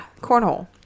cornhole